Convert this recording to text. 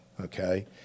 Okay